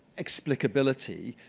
explicibility,